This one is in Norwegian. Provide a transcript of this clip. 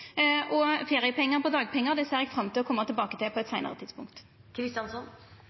på dagpengar ser eg fram til å koma tilbake til på eit seinare tidspunkt.